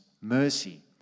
mercy